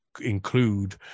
include